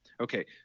Okay